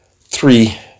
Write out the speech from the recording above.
three